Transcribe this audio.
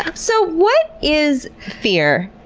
ah so, what is fear,